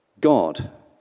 God